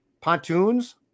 Pontoons